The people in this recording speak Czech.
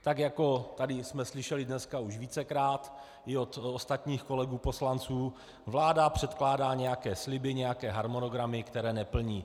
Tak jako tady jsme slyšeli dneska už vícekrát i od ostatních kolegů poslanců, vláda předkládá nějaké sliby, nějaké harmonogramy, které neplní.